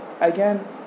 again